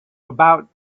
about